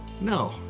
No